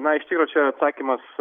na iš tikro čia atsakymas